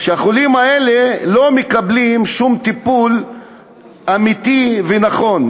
והחולים האלה לא מקבלים שום טיפול אמיתי ונכון.